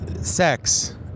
sex